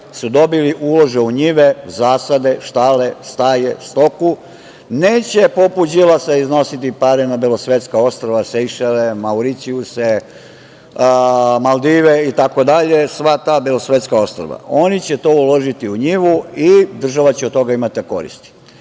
su dobili ulože u njive, zasade, štale, staje, stoku. Neće poput Đilasa iznositi pare na belosvetska ostrva, Sejšele, Mauricijuse, Maldive, itd, sva ta belosvetska ostrva. Oni će to uložiti u njivu i država će od toga imati koristi. Samo